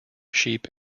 sheep